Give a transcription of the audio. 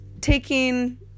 taking